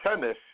tennis